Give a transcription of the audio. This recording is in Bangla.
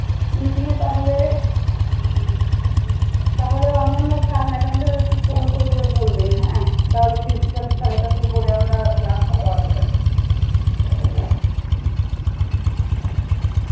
মিটিংয়ে তাহলে তাহলে অন্যান্য স্যার ম্যাডামদেরও একটু ফোন করে করে বলবেন হ্যাঁ তাহলে প্রিন্সিপাল স্যারের কাছে বলে আমরা ক্লাসটা করাতে পারি